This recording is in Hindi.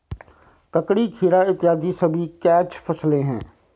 ककड़ी, खीरा इत्यादि सभी कैच फसलें हैं